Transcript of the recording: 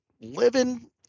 living